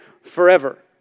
forever